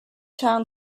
town